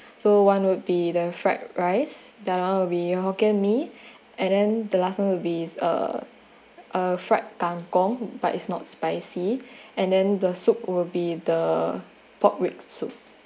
so one would be the fried rice the other one will be hokkien mee and then the last one would be uh a fried kang kong but it's not spicy and then the soup will be the pork rib soup